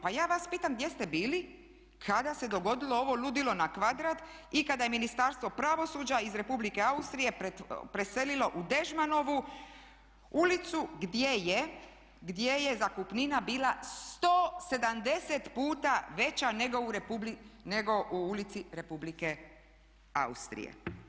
Pa ja vas pitam gdje ste bili kada se dogodilo ovo ludilo na kvadrat i kada je Ministarstvo pravosuđa iz Republike Austrije preselilo u Dežmanovu ulicu gdje je zakupnina bila 170 puta veća nego u ulici Republike Austrije?